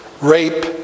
rape